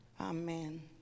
Amen